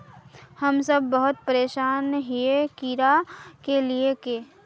हम सब बहुत परेशान हिये कीड़ा के ले के?